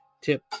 tip